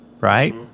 right